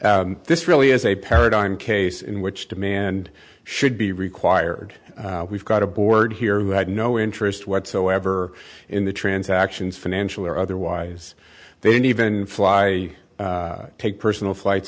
this really is a paradigm case in which demand should be required we've got a board here who had no interest whatsoever in the transactions financially or otherwise then even fly take personal flights